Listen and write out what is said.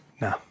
No